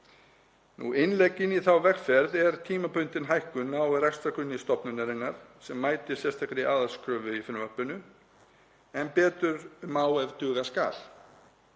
Innlegg í þá vegferð er tímabundin hækkun á rekstrargrunni stofnunarinnar sem mætir sérstakri aðhaldskröfu í frumvarpinu en betur má ef duga skal.